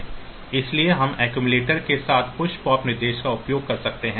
इसलिए हम अक्सुमुलेटर के साथ पुश पॉप निर्देश का उपयोग कर सकते हैं